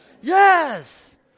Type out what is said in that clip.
yes